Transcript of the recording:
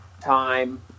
time